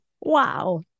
Wow